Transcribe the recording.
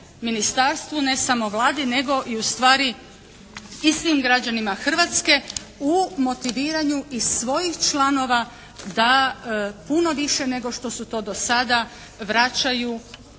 Ministarstvu, ne samo Vladi nego i ustvari i svim građanima Hrvatske u motiviranju i svojih članova da puno više nego što su to do sada vraćaju